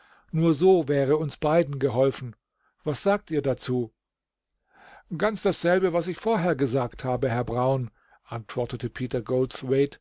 nur so wäre uns beiden geholfen was sagt ihr dazu ganz dasselbe was ich vorher gesagt habe herr brown antwortete peter